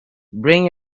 bring